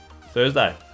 Thursday